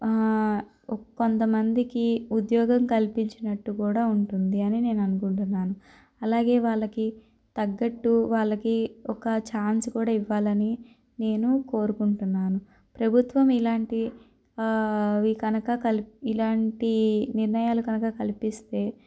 కొంత మందికీ ఉద్యోగం కల్పించినట్టు కూడా ఉంటుంది అని నేను అనుకుంటున్నాను అలాగే వాళ్ళకి తగ్గట్టు వాళ్ళకి ఒక ఛాన్స్ కూడా ఇవ్వాలని నేను కోరుకుంటున్నాను ప్రభుత్వం ఇలాంటి అవి కనుక ఇలాంటి నిర్ణయాలు కనుక కల్పిస్తే